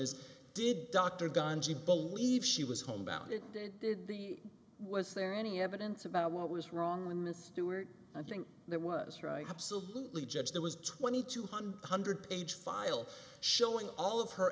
is did dr gandhi believe she was homebound if they did the was there any evidence about what was wrong when a steward i think there was right absolutely judge there was twenty two hundred hundred page file showing all of her